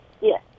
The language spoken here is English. Yes